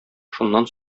шуннан